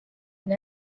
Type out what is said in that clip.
and